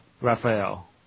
Raphael